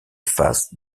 face